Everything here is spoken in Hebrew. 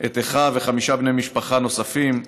את אחיו וחמישה בני משפחה נוספים,